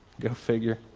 go figure.